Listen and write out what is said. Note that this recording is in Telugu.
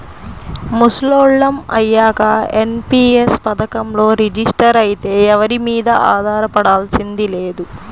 ముసలోళ్ళం అయ్యాక ఎన్.పి.యస్ పథకంలో రిజిస్టర్ అయితే ఎవరి మీదా ఆధారపడాల్సింది లేదు